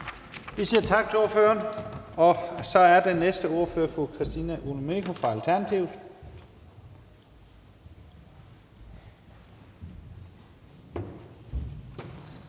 Vi siger tak til ordføreren. Den næste ordfører er fru Christina Olumeko fra Alternativet.